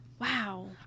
wow